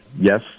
Yes